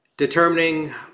determining